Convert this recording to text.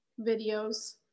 videos